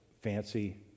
fancy